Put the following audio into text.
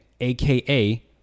aka